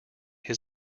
his